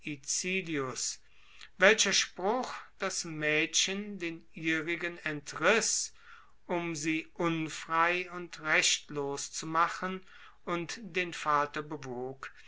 welcher spruch das maedchen den ihrigen entriss um sie unfrei und rechtlos zu machen und den vater bewog